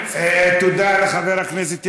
תודה לחבר הכנסת ילין.